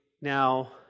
now